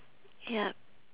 yup